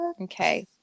Okay